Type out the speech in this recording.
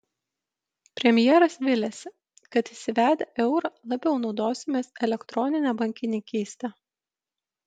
premjeras viliasi kad įsivedę eurą labiau naudosimės elektronine bankininkyste